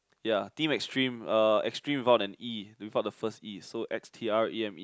ya team extreme uh extreme without an E without the first E so x_t_r_e_m_e